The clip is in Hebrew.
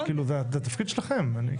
כאילו, זה התפקיד שלכם.